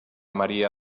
maria